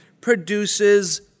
produces